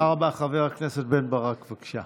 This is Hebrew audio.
חבר הכנסת בן ברק, בבקשה.